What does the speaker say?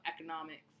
economics